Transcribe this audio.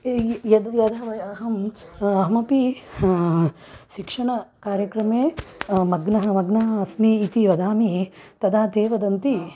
इ य यद् यदा व अहम् अहमपि शिक्षणकार्यक्रमे मग्नः मग्ना अस्मि इति वदामि तदा ते वदन्ति